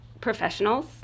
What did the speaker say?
professionals